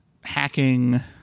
hacking